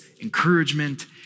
encouragement